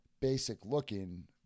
basic-looking